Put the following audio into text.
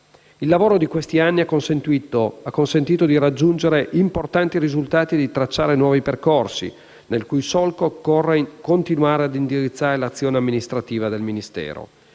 Il lavoro di questi anni ha consentito di raggiungere importanti risultati e di tracciare nuovi percorsi, nel cui solco occorre continuare ad indirizzare l'azione amministrativa del Ministero.